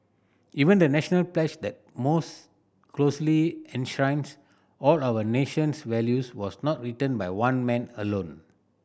even the National pledge that most closely enshrines all our nation's values was not written by one man alone